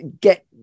get